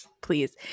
Please